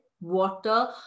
water